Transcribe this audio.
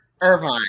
Irvine